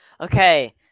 Okay